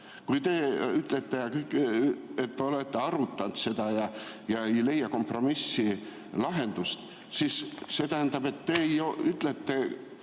Kui te ütlete, et te olete arutanud seda, aga ei leia kompromisslahendust, siis see tähendab, et teie ütlete